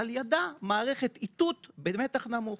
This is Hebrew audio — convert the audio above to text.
ועל ידה מערכת איתות במתח נמוך.